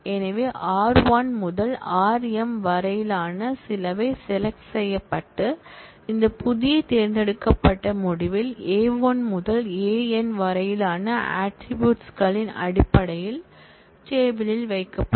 எனவே r1 முதல் rm வரையிலான சிலவை செலக்ட் செய்யப்பட்டு இந்த புதிய தேர்ந்தெடுக்கப்பட்ட முடிவில் A1 முதல் An வரையிலான ஆட்ரிபூட்ஸ் களின் அடிப்படையில் டேபிள் யில் வைக்கப்படும்